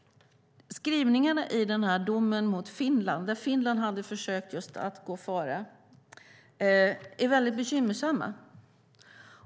Skrivningarna i domen mot Finland - Finland hade försökt att just gå före - är väldigt bekymmersamma.